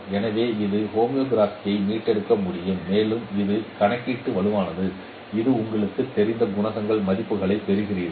எனவே இது ஹோமோகிராஃபியை மீட்டெடுக்க முடியும் மேலும் இந்த கணக்கீடு வலுவானது இது உங்களுக்குத் தெரிந்த குணகங்களை மதிப்புகளை பெறுவீர்கள்